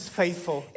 faithful